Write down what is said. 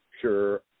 Sure